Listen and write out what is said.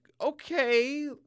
okay